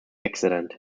accident